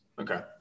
Okay